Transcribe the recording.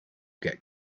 get